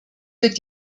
wird